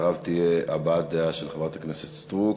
אחריו תהיה הבעת דעה של חברת הכנסת סטרוק,